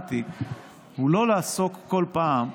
הוא לא לעסוק כל פעם בפרויקטים,